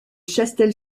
chastel